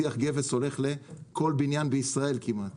טיח גבס הולך לכל בניין בישראל כמעט.